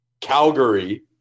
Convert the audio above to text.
Calgary